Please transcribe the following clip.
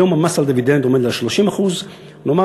היום המס על דיבידנד עומד על 30%. נאמר